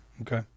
Okay